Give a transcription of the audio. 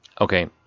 okay